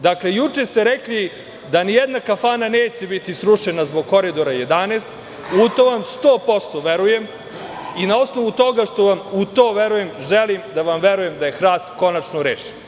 Dakle, juče ste rekli da nijedna kafana neće biti srušena zbog Koridora 11 i u to vam 100% verujem i na osnovu toga što vam u to verujem, želim da vam verujem da je hrast konačno rešen.